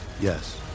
Yes